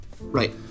Right